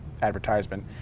advertisement